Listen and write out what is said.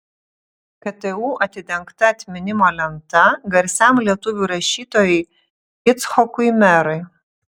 ktu atidengta atminimo lenta garsiam lietuvių rašytojui icchokui merui